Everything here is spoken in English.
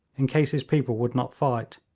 in case his people would not fight,